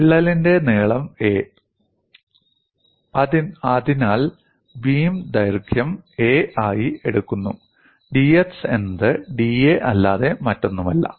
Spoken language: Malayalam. വിള്ളലിന്റെ നീളം 'a' അതിനാൽ ബീം ദൈർഘ്യം 'a' ആയി എടുക്കുന്നു dx എന്നത് da അല്ലാതെ മറ്റൊന്നുമല്ല